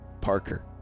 Parker